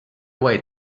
away